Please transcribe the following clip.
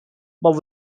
but